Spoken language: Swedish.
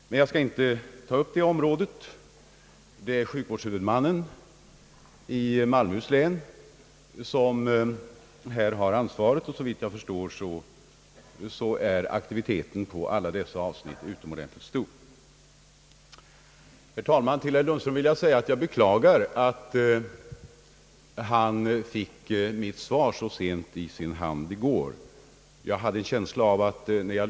Men jag skall inte ta upp detta. Det är sjukvårdshuvudmannen i Malmöhus län som har ansvaret, och såvitt jag förstår är aktiviteten på alla dessa avsnitt utomordentligt stor. Herr talman! Till herr Lundström vill jag säga att jag beklagar att han fick mitt svar så sent i går. Han har haft kort tid att läsa på.